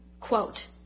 quote